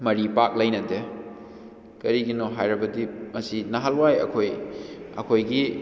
ꯃꯔꯤ ꯄꯥꯛ ꯂꯩꯅꯗꯦ ꯀꯔꯤꯒꯤꯅꯣ ꯍꯥꯏꯔꯕꯗꯤ ꯃꯁꯤ ꯅꯍꯥꯟꯋꯥꯏ ꯑꯩꯈꯣꯏ ꯑꯩꯈꯣꯏꯒꯤ